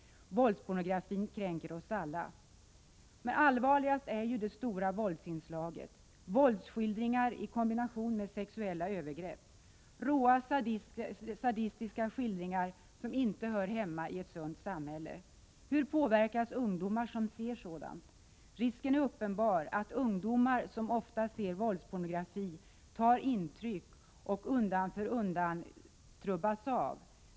Våldspornografin kränker oss alla. Allvarligast är det stora våldsinslaget; våldsskildringar i kombination med sexuella övergrepp; råa, sadistiska skildringar som inte hör hemma i ett sunt samhälle. Hur påverkas ungdomar som ser sådant? Risken är uppenbar att ungdomar som ofta ser våldspornografi tar intryck och undan för undan ”trubbas av”.